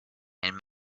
and